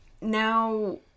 now